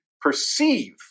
perceive